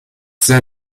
sehr